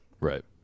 Right